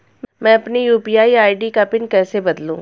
मैं अपनी UPI ID का पिन कैसे बदलूं?